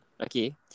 okay